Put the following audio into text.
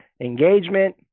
engagement